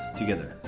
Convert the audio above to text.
together